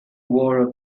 wore